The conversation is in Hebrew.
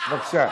בבקשה.